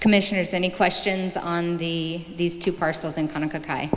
commissioners any questions on the these two parcels and kind